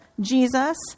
Jesus